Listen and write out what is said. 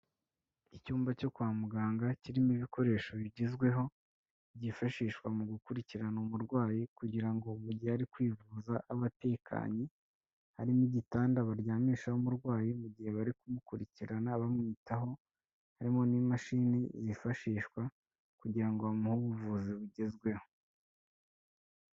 Icyumba cyo kwa muganga kirimo ibikoresho bigezweho byifashishwa mu gukurikirana umurwayi kugira ngo mu gihe ari kwivuza abe atekanye, harimo igitanda baryamishaho umurwayi mu gihe bari kumukurikirana bamwitaho, harimo n'imashini zifashishwa kugira ngo bamuhe ubuvuzi bugezweho.